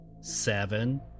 seven